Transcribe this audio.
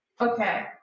Okay